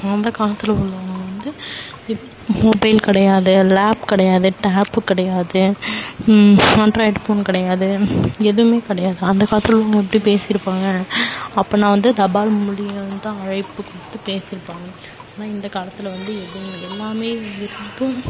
அந்த காலத்தில் உள்ளவங்கள் வந்து இப் மொபைல் கிடையாது லேப் கிடையாது டேப்பு கிடையாது ஆன்ட்ராய்டு ஃபோன் கிடையாது எதுவுமே கிடையாது அந்த காலத்தில் உள்ளவங்கள் எப்படி பேசிருப்பாங்கள் அப்பட்னா வந்து தபால் மூலயம் தான் அழைப்பு கொடுத்து பேசியிருப்பாங்க ஆனால் இந்த காலத்தில் வந்து எதுவும் எல்லாமே இருந்தும்